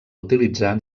utilitzar